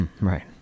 Right